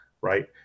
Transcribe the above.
right